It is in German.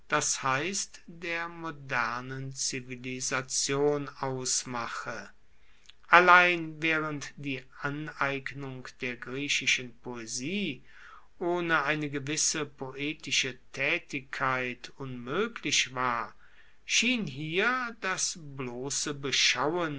das heisst der modernen zivilisation ausmache allein waehrend die aneignung der griechischen poesie ohne eine gewisse poetische taetigkeit unmoeglich war schien hier das blosse beschauen